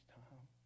time